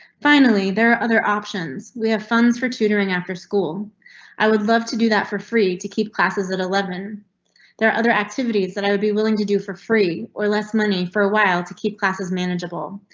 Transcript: finally, there are other options we have funds for tutoring after school i would love to do that for free to keep classes at eleven there other activities that i would be willing to do for free or less money for awhile to keep classes manageable.